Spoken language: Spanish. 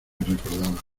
recordaba